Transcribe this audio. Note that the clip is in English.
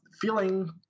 feeling